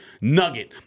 nugget